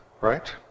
right